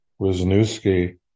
Wisniewski